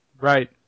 Right